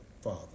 Father